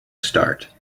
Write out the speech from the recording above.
start